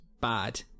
bad